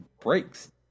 breaks